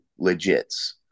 legits